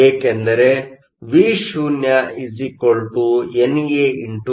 ಏಕೆಂದರೆ Vo NAND